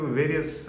various